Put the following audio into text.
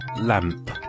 Lamp